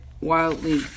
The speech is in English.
wildly